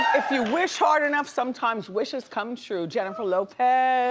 if you wish hard enough, sometimes wishes come true. jennifer lopez.